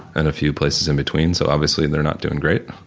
and a few places in between, so obviously and they're not doing great.